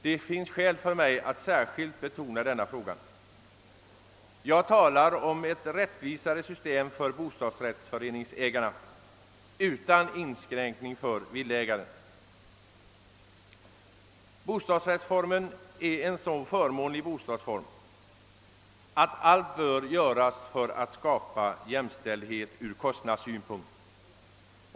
Det finns skäl för mig att särskilt betona att jag talar om ett rättvisare system för bostadsrättsinnehavarna utan någon inskränkning för villaägarna. Bostadsrättsformen är en så förmånlig bostadsform att allt bör göras för att skapa jämställdhet ur kostnadssynpunkt.